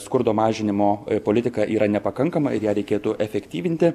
skurdo mažinimo politika yra nepakankama ir ją reikėtų efektyvinti